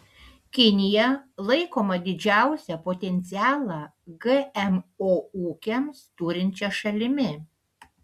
kinija laikoma didžiausią potencialą gmo ūkiams turinčia šalimi